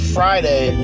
Friday